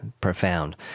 profound